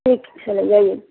ठीक छलै अइयै